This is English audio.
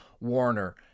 Warner